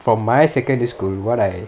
from my secondary school what I